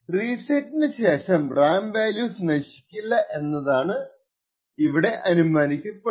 റീസെറ്റിനു ശേഷം RAM values നശിക്കില്ല എന്നാണ് അനുമാനിക്കുന്നത്